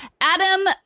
Adam